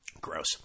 Gross